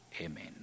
Amen